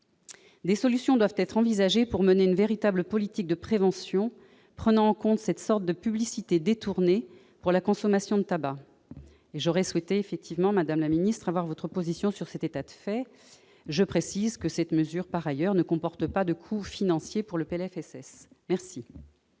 Des solutions doivent être envisagées pour mener une véritable politique de prévention prenant en compte cette sorte de publicité détournée pour la consommation de tabac. J'aurais souhaité, madame la ministre, avoir votre position sur cet état de fait. Je précise, par ailleurs, que cette mesure ne comporte pas de coût financier pour le PLFSS. La